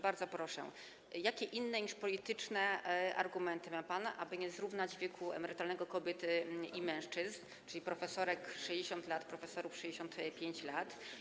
Bardzo proszę, jakie inne niż polityczne argumenty ma pan, aby nie zrównać wieku emerytalnego kobiet i mężczyzn, czyli profesorek - 60 lat, profesorów - 65 lat?